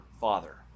father